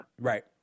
Right